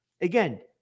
Again